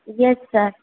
yes sir